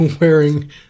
wearing